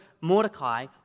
Mordecai